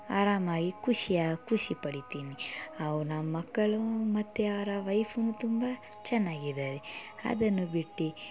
ಆರಾಮಾಗಿ ಖುಷಿಯ ಖುಷಿ ಪಡೀತೀನಿ ಅವನ ಮಕ್ಕಳು ಮತ್ತು ಅವರ ವೈಫು ತುಂಬ ಚೆನ್ನಾಗಿದ್ದಾರೆ ಅದನ್ನು ಬಿಟ್ಟು